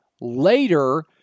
later